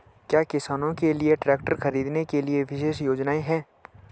क्या किसानों के लिए ट्रैक्टर खरीदने के लिए विशेष योजनाएं हैं?